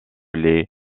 les